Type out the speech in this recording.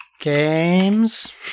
games